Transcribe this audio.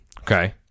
Okay